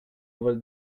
over